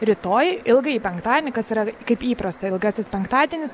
rytoj ilgąjį penktadienį kas yra kaip įprasta ilgasis penktadienis